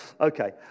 okay